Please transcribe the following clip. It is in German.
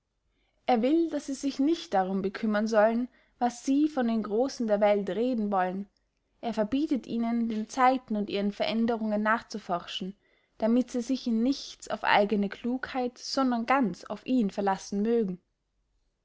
er will daß sie sich nicht darum bekümmern sollen was sie von den grossen der welt reden wollen er verbietet ihnen den zeiten und ihren veränderungen nachzuforschen damit sie sich in nichts auf eigene klugheit sondern ganz auf ihn verlassen mögen